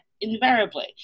invariably